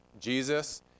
Jesus